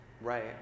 Right